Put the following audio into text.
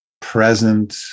present